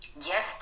yes